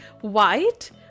white